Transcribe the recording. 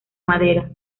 madera